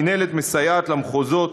המינהלת מסייעת למחוזות